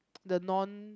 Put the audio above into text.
the non